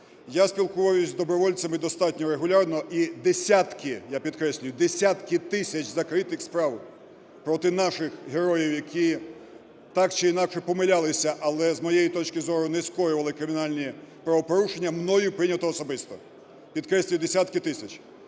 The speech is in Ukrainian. Я спілкуюся з добровольцями достатньо регулярно. І десятки, я підкреслюю, десятки тисяч закритих справ проти наших героїв, які так чи інакше помилялися, але з моєї точки зору, не скоювали кримінальні правопорушення, мною прийнято особисто. Підкреслюю, десятки тисяч.